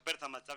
לשפר את מצבה